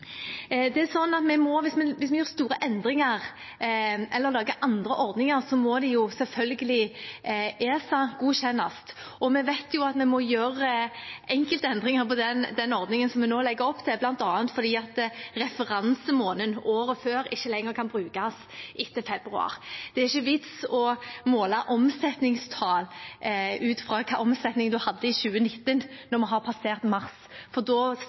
Hvis vi gjør store endringer eller lager andre ordninger, må de selvfølgelig ESA-godkjennes. Vi vet at vi må gjøre enkelte endringer i den ordningen vi nå legger opp til, bl.a. fordi referansemåneden året før ikke lenger kan brukes etter februar. Det er ingen vits i å måle omsetningstall ut fra hvilken omsetning man hadde i 2019, når vi har passert mars. For da